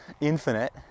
infinite